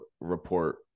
report